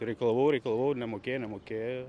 reikalavau reikalavau nemokė nemokė